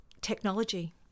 technology